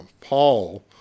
Paul